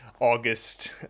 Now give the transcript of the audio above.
August